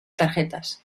tarjetas